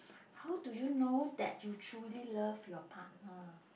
how do you know that you truly love your partner